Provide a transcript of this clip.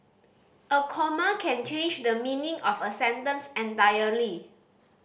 a comma can change the meaning of a sentence entirely